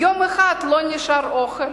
יום אחד לא נשאר אוכל,